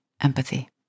empathy